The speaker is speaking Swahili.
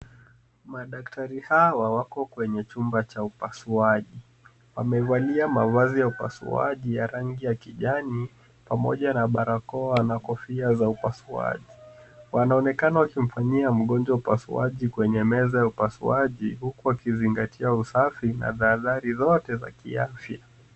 Madaktari hawa wako kwenye chumba cha upasuaji, wamevalia mavazi ya upasuaji ya rangi ya kijani pamoja na barakoa na kofia za upasuaji. Wanaonekana wakimfanyia mgonjwa upasuaji kwenye meza ya upasuaji huku wakizingatia usafi na tahadhari zote za ki afya.